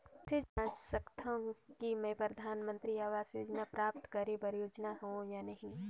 मैं कइसे जांच सकथव कि मैं परधानमंतरी आवास योजना प्राप्त करे बर योग्य हववं या नहीं?